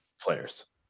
players